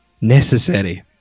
necessary